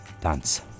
Dance